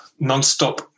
nonstop